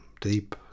deep